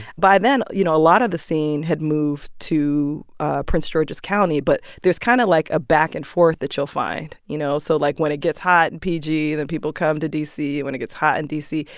by then, you know, a lot of the scene had moved to prince george's county, but there's kind of, like, a back-and-forth that you'll find, you know? so, like, when it gets hot in p g, then people come to d c. and when it gets hot in d c,